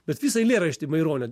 bet visą eilėraštį maironio